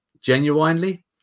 genuinely